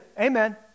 amen